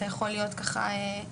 אתה יכול להיות ככה לבד עם עצמך.